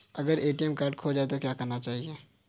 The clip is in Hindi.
अगर ए.टी.एम कार्ड खो जाए तो क्या करना चाहिए?